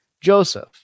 Joseph